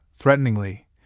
Threateningly